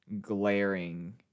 glaring